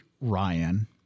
Ryan